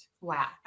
Wow